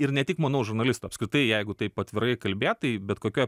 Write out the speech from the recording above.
ir ne tik manau žurnalisto apskritai jeigu taip atvirai kalbėt tai bet kokioj